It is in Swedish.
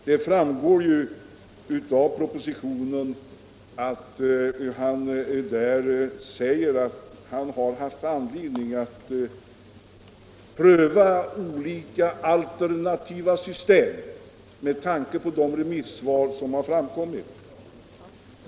Det framgår av propositionen att han haft anledning att pröva alternativa system med tanke på de synpunkter som förts fram i remissvaren.